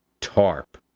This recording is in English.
TARP